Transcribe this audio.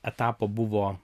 etapo buvo